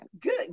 Good